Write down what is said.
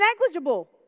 negligible